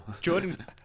Jordan